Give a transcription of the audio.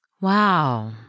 Wow